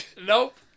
Nope